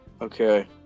Okay